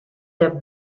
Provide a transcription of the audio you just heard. der